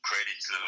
Credit